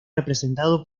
representado